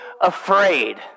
afraid